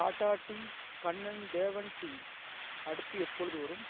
Tata tea Kannan Devan tea அடுத்து எப்பொழுது வரும்